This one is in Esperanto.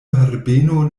herbeno